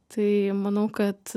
tai manau kad